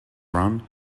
iran